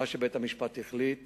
מה שבית-המשפט החליט